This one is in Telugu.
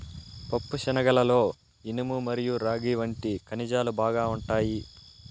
పప్పుశనగలలో ఇనుము మరియు రాగి వంటి ఖనిజాలు బాగా ఉంటాయి